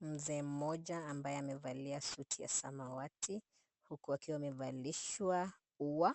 Mzee mmoja, ambaye amevalia suti ya samawati huku akiwa amevalishwa ua.